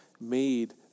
made